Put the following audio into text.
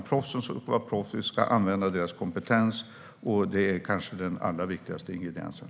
Proffsen ska vara proffs, och vi ska använda deras kompetens. Det är kanske den allra viktigaste ingrediensen.